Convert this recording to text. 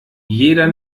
jeder